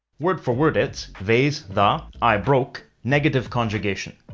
word for word, it's vase the i broke negative conjugation.